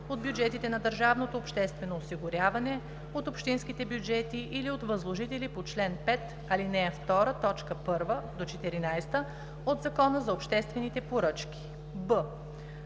от бюджетите на държавното обществено осигуряване, от общинските бюджети или от възложители по чл. 5, ал. 2, т. 1 – 14 от Закона за обществените поръчки; б)